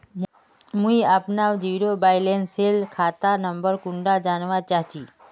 मुई अपना zero balance सेल खाता नंबर कुंडा जानवा चाहची?